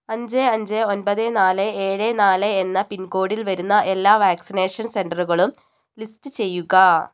അഞ്ച് അഞ്ച് ഒൻപത് നാല് ഏഴ് നാല് എന്ന പിൻകോഡിൽ വരുന്ന എല്ലാ വാക്സിനേഷൻ സെന്ററുകളും ലിസ്റ്റ് ചെയ്യുക